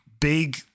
big